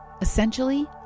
Essentially